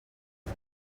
see